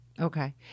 Okay